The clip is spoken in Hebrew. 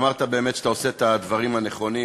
אמרת באמת שאתה עושה את הדברים הנכונים,